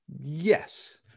yes